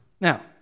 Now